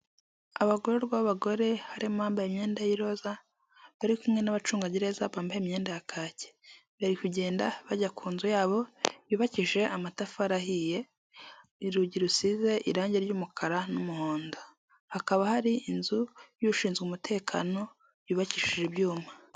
Abagororwa b'abagore harimo abambaye imyenda y'iroza bari kumwe n'abacungagereza bambaye imyenda ya kake, bari kugenda bajya ku nzu yabo yubakije amatafari ahiye, urugi rusize irange ry'umukara n'umuhondo, hakaba hari inzu y'ushinzwe umutekano yubakishije ibyuma.